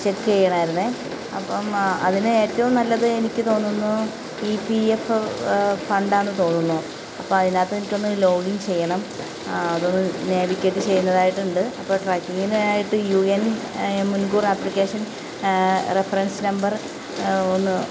check ചെയ്യണമായിരുന്നെ അപ്പം അതിന് ഏറ്റവും നല്ലത് എനിക്ക് തോന്നുന്നു ഇ പി എഫ് ഫണ്ടാണെന്ന് തോന്നുന്നു അപ്പോൾ അതിനകത്ത് എനിക്കൊന്ന് ലോഗിൻ ചെയ്യണം അത് നേവിഗേറ്റ് ചെയ്യുന്നതായിട്ടുണ്ട് അപ്പോൾ ട്രാക്കിനായിട്ട് യു എൻ മുൻകൂർ ആപ്ലിക്കേഷൻ റഫറൻസ് നമ്പർ ഒന്നു